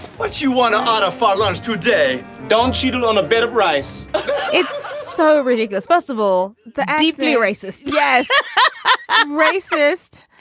what you want to order for lunch today don cheadle on a bed of rice it's so ridiculous festival the deeply racist. yes but i'm racist.